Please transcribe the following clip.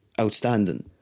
outstanding